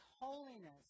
holiness